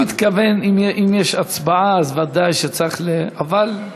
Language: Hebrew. הוא התכוון אם יש הצבעה, אז ודאי שצריך, אבל,